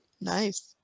Nice